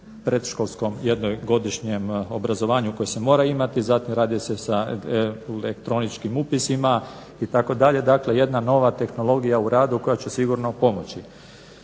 predškolskom jednogodišnjem obrazovanju koje se mora imati, zatim radi se u elektroničkim upisima itd. dakle jedna nova tehnologija u radu koja će sigurno pomoći.